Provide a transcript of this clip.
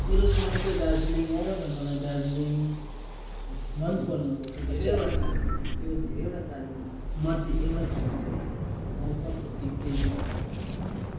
मेरो सहर चाहिँ दार्जिलिङ हो र मलाई दार्जिलिङ मनपर्नुको चाहिँ धेरैवटा कारण छ त्यो धेरैवटा कारणमध्ये एउटा कारण चाहिँ म प्रकृति प्रेमी भएकोले गर्दा पनि हो